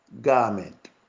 garment